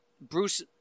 Bruce